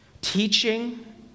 teaching